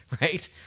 right